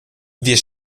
wir